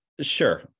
Sure